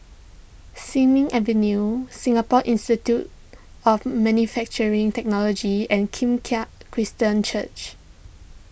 Sin Ming Avenue Singapore Institute of Manufacturing Technology and Kim Keat Christian Church